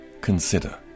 consider